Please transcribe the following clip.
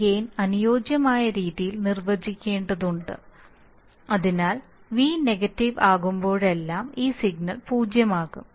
ഈ ഗെയിൻ അനുയോജ്യമായ രീതിയിൽ നിർവചിക്കേണ്ടതുണ്ട് അതായത് v നെഗറ്റീവ് ആകുമ്പോഴെല്ലാം ഈ സിഗ്നൽ പൂജ്യമാകും